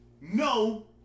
no